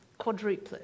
quadruplet